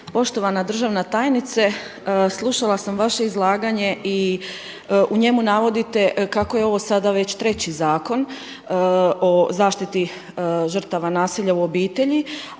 Poštovana državna tajnice slušala sam vaše izlaganje i u njemu navoditi kako je ovo sada već treći Zakon o zaštiti žrtava nasilja u obitelji